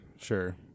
Sure